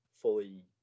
fully